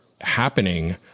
happening